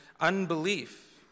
unbelief